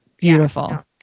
beautiful